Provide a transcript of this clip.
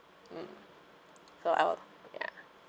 mm so I'll ya